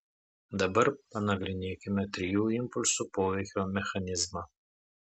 dabar panagrinėkime trijų impulsų poveikio mechanizmą